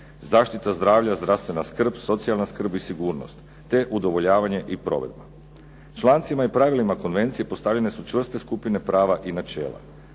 zaštita zdravlja, zdravstvena skrb, socijalna skrb i sigurnost, te udovoljavanje i provedba. Člancima i pravilima konvencije postavljene su čvrste skupine prava i načela.